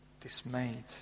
dismayed